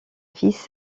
fils